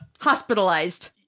Hospitalized